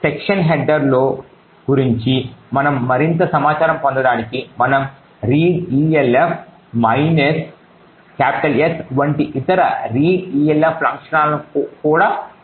section హెడర్ల గురించి మరింత సమాచారం పొందడానికి మనము readelf -S వంటి ఇతర readelf లక్షణాలను కూడా ఉపయోగించవచ్చు